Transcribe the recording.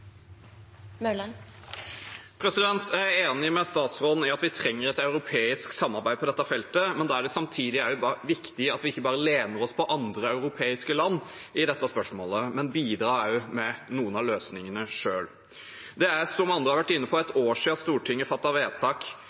samtidig viktig at vi ikke bare lener oss på andre europeiske land i dette spørsmålet, men bidrar med noen av løsningene selv. Det er, som andre har vært inne på, ett år siden Stortinget fattet vedtak